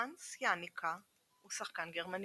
האנס יאניקה הוא שחקן גרמני.